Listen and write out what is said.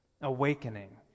Awakening